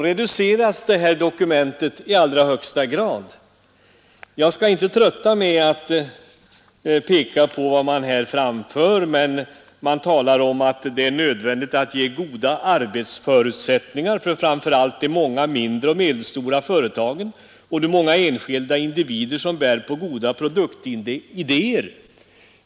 Jag skall inte trötta med att räkna upp allt som här framförs, men man talar om att det är nödvändigt att ge goda arbetsförutsättningar för framför allt de många mindre och medelstora företagen och de många enskilda individer som bär på goda produktidéer.